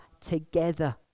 together